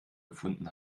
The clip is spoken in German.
gefunden